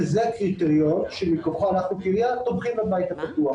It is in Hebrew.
וזה הקריטריון שמכוחו אנחנו כעירייה תומכים בבית הפתוח.